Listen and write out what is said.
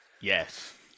yes